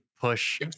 push